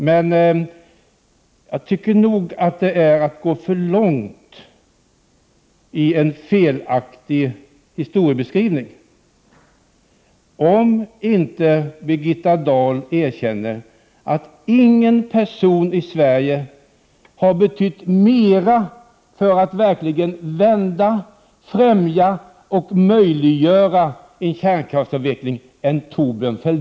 Men jag menar att Birgitta Dahl går för långt i en felaktig historiebeskrivning, om hon inte erkänner att ingen person i Sverige har betytt mera än Thorbjörn Fälldin för att verkligen vända utvecklingen och möjliggöra och främja en kärnkraftsavveckling.